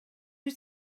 wyt